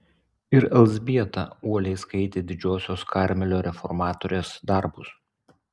ir elzbieta uoliai skaitė didžiosios karmelio reformatorės darbus